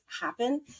happen